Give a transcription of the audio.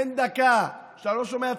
אין דקה שאתה לא שומע צרורות,